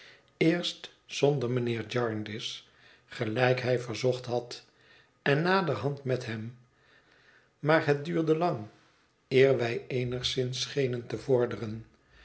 eerst zonder mijnheer jarndyce gelijk hij verzocht had en naderhand met hem maar het duurde lang eer wij eenigszins schenen te vorderen